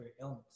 illness